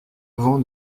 avant